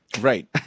Right